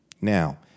Now